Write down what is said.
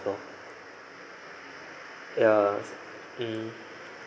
no ya mm